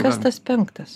kas tas penktas